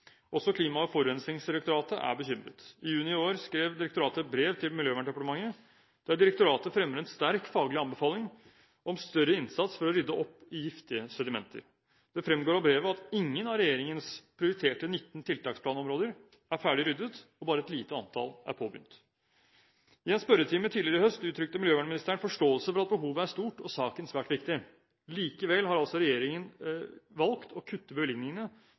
Også Klima- og forurensningsdirektoratet er bekymret. I juni i år skrev direktoratet et brev til Miljøverndepartementet der direktoratet fremmer en sterk faglig anbefaling om større innsats for å rydde opp i giftige sedimenter. Det fremgår av brevet at ingen av regjeringens 19 prioriterte tiltaksplanområder er ferdig ryddet, og bare et lite antall er påbegynt. I en spørretime tidligere i høst uttrykte miljøvernministeren forståelse for at behovet er stort og saken svært viktig. Likevel har regjeringen valgt å kutte bevilgningene